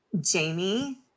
Jamie